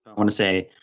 want to say.